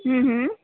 હમ હમ